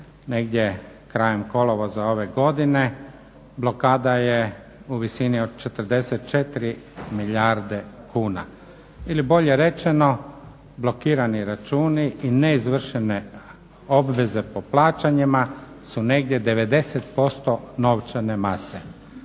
negdje krajem kolovoza ove godine blokada je u visini od 44 milijarde kuna, ili bolje rečeno blokirani računi i neizvršene obveze po plaćanjima su negdje 90% novčane mase.